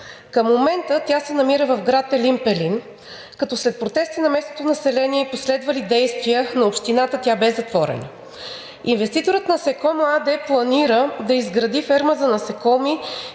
Към момента тя се намира в град Елин Пелин, като след протести на местното население и последвали действия на Общината тя бе затворена. Инвеститорът „Насекомо“ АД планира да изгради ферма за насекоми